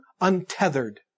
untethered